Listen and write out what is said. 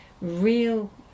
real